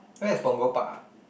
where is Punggol Park ah